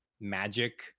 magic